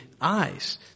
eyes